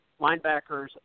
linebackers